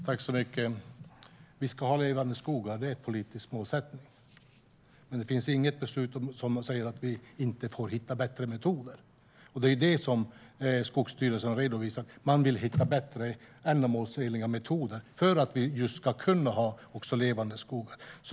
Herr talman! Vi ska ha levande skogar; det är en politisk målsättning. Men det finns inget beslut som säger att vi inte får hitta bättre metoder. Det är det som Skogsstyrelsen redovisar, det vill säga att man vill hitta bättre och ändamålsenliga metoder för att vi ska kunna ha levande skogar.